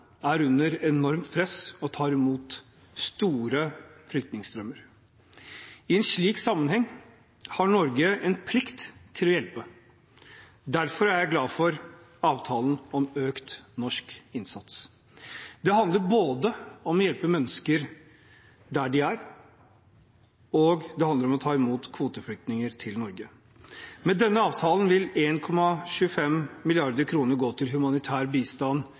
er under enormt press og tar imot store flyktningstrømmer. I en slik sammenheng har Norge en plikt til å hjelpe. Derfor er jeg glad for avtalen om økt norsk innsats. Det handler både om å hjelpe mennesker der de er, og det handler om å ta imot kvoteflyktninger til Norge. Med denne avtalen vil 1,25 mrd. kr gå til humanitær bistand